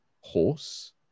horse